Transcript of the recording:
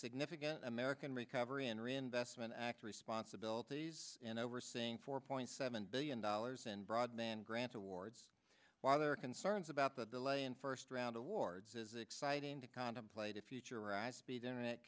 significant american recovery and reinvestment act responsibilities and overseeing four point seven billion dollars and broadband granted awards while there are concerns about the delay in first round awards is exciting to contemplate a future i speed internet